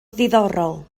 ddiddorol